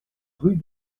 rue